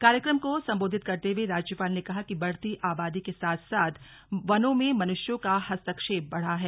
कार्यक्रम को सम्बोधित करते हुए राज्यपाल ने कहा कि बढ़ती आबादी के साथ साथ वनों में मनुष्यों का हस्तक्षेप बढ़ा है